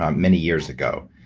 um many years ago.